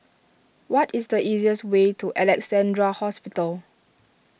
what is the easiest way to Alexandra Hospital